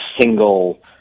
single